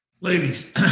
Ladies